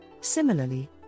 Similarly